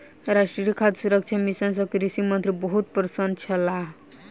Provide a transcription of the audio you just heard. राष्ट्रीय खाद्य सुरक्षा मिशन सँ कृषि मंत्री बहुत प्रसन्न छलाह